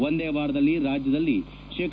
ಒಂದೇ ವಾರದಲ್ಲಿ ರಾಜ್ಯದಲ್ಲಿ ಶೇ